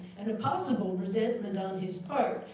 and a possible resentment on his part,